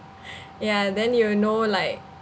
ya then you know like